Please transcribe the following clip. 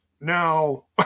Now